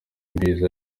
mbizi